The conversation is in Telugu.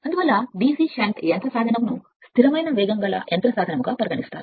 అందువల్ల DC షంట్ యంత్ర సాధనము ను స్థిరమైన వేగం గల యంత్ర సాధనముగా పరిగణిస్తారు